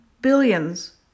billions